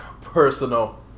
personal